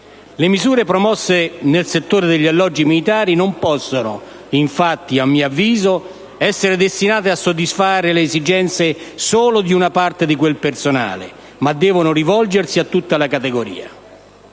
le misure promosse nel settore degli alloggi militari non possono infatti, a mio avviso, essere destinate a soddisfare le esigenze solo di una parte di quel personale, ma devono rivolgersi a tutta la categoria.